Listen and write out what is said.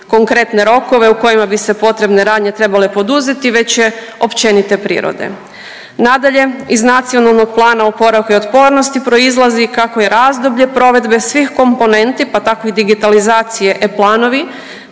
konkretne rokove u kojima bi se potrebne radnje trebale poduzeti već je općenite prirode. Nadalje iz Nacionalnog plana oporavka i otpornosti proizlazi kako je razdoblje provedbe svih komponenti pa tako i digitalizacije e-planovi